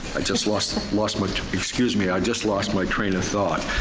i just lost lost my, excuse me, i just lost my train of thought.